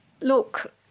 look